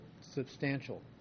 substantial